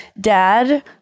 Dad